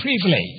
privilege